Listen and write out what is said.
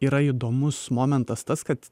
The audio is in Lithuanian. yra įdomus momentas tas kad